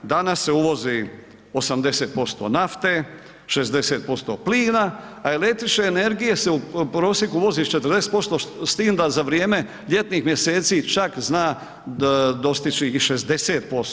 Danas se uvozi 80% nafte, 60% plina, a električne energije se u prosjeku uvozi 40% s tim da za vrijeme ljetnih mjeseci čak zna dostići i 60%